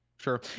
sure